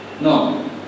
No